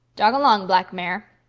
jog along, black mare.